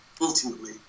ultimately